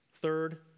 third